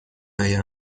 آیم